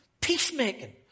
peacemaking